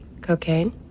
Cocaine